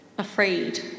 Afraid